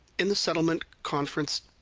in the settlement conference.